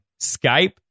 Skype